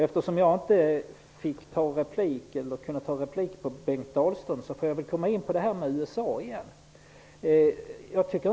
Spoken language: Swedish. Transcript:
Eftersom jag inte kunde ta replik på Bengt Dalströms inlägg, får jag väl nu ta upp det jag då ville säga om USA.